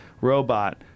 robot